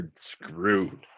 screwed